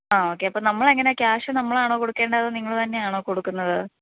ആ ഓക്കെ അപ്പം നമ്മൾ എങ്ങനെയാ ക്യാഷ് നമ്മളാണോ കൊടുക്കേണ്ടത് അതോ നിങ്ങള് തന്നെയാണോ കൊടുക്കുന്നത്